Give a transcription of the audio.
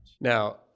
now